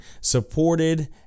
supported